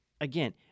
Again